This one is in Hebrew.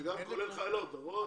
זה גם כולל חיילות, נכון?